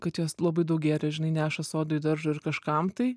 kad jos labai daug gėrio žinai neša sodui daržui ir kažkam tai